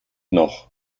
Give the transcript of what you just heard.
noch